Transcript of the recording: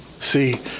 See